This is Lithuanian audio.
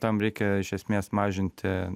tam reikia iš esmės mažinti